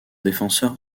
défenseur